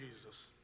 Jesus